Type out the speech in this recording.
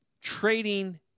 trading